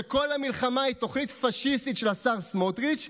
שכל המלחמה היא תוכנית פשיסטית של השר סמוטריץ',